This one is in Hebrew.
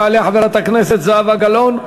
תעלה חברת הכנסת זהבה גלאון,